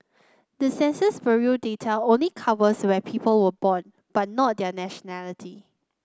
the Census Bureau data only covers where people were born but not their nationality